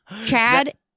Chad